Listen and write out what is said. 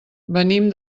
venim